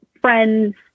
friends